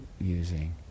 using